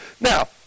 Now